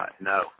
no